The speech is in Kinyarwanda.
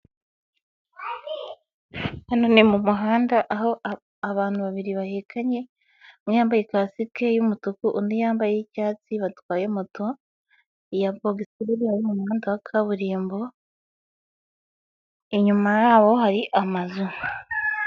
Hano ni mu muhanda aho abantu babiri bahikanye umwe yambaye ikasike y'imutuku undi yambaye iy'icyatsi batwaye moto ya bogisa iri mu muhanda wa kaburimbo inyuma yabo hari amazu.